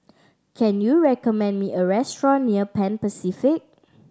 can you recommend me a restaurant near Pan Pacific